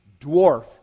dwarf